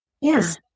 Yes